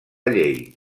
llei